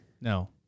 No